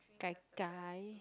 gai-gai